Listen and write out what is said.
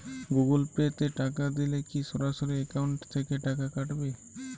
Google Pay তে টাকা দিলে কি সরাসরি অ্যাকাউন্ট থেকে টাকা কাটাবে?